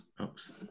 Oops